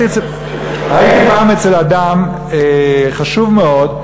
הייתי פעם אצל אדם חשוב מאוד,